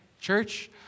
Church